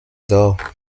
d’or